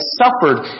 suffered